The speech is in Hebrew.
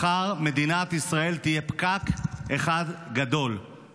מחר מדינת ישראל תהיה פקק אחד גדול,